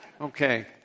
okay